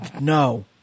no